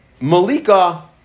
Malika